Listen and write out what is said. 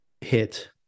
hit